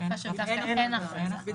תיקון סעיף 3 3. בסעיף 3 לחוק העיקרי (1)בסעיף קטן (ד)